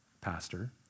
pastor